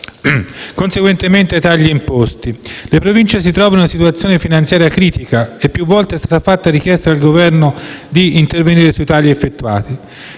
conseguentemente ai tagli imposti. Le Province si trovano in una situazione finanziaria critica e più volte è stata fatta richiesta al Governo di intervenire sui tagli effettuati.